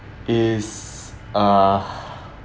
is uh